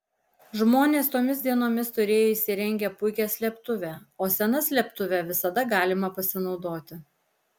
žmonės tomis dienomis turėjo įsirengę puikią slėptuvę o sena slėptuve visada galima pasinaudoti